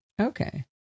Okay